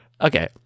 Okay